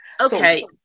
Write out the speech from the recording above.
Okay